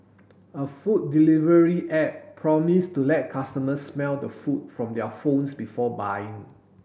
a food delivery app promised to let customers smell the food from their phones before buying